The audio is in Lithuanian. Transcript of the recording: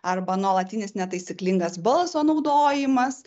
arba nuolatinis netaisyklingas balso naudojimas